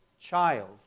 child